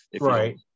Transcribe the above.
right